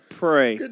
pray